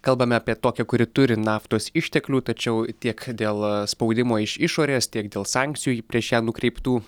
kalbame apie tokią kuri turi naftos išteklių tačiau tiek dėl spaudimo iš išorės tiek dėl sankcijų prieš ją nukreiptų